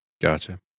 gotcha